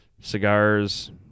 cigars